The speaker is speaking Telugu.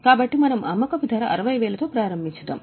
కాబట్టి మనం అమ్మకపు ధర 60000 తో ప్రారంభించుదాం